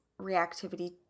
reactivity